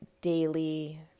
daily